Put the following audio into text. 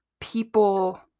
people